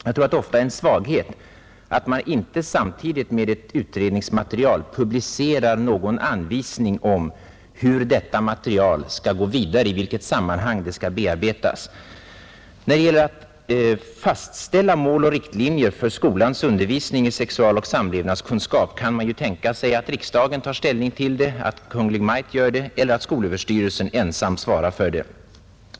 Jag tror att det ofta är en svaghet, att man inte samtidigt med ett utredningsmaterial publicerar någon anvisning om i vilket sammanhang det vidare skall bearbetas. När det gäller att fastställa mål och riktlinjer för skolans undervisning i sexualoch samlevnadskunskap kan ställningstagandet göras av riksdagen, av Kungl. Maj:t eller av skolöverstyrelsen ensam.